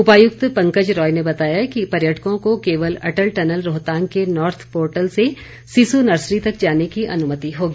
उपायुक्त पंकज राय ने बताया कि पर्यटकों को केवल अटल टनल रोहतांग के नार्थ पोर्टल से सिसु नर्सरी तक जाने की अनुमति होगी